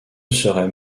serait